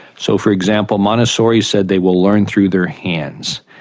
so, for example, montessori said they will learn through their hands.